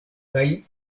kaj